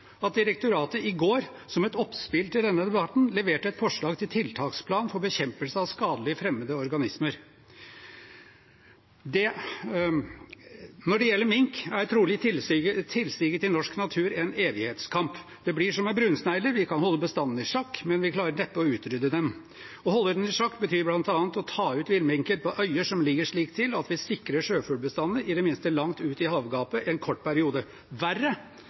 at direktoratet i går, som et oppspill til denne debatten, leverte et forslag til tiltaksplan for bekjempelse av skadelige fremmede organismer. Når det gjelder mink, er trolig tilsiget til norsk natur en evighetskamp. Det blir som med brunsnegler; vi kan holde bestanden i sjakk, men vi klarer neppe å utrydde den. Å holde den i sjakk betyr bl.a. å ta ut villminker på øyer som ligger slik til at vi sikrer sjøfuglbestandene – i det minste langt ut i havgapet – i en kort periode. Verre